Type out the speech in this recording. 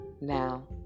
now